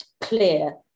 clear